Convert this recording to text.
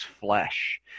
flesh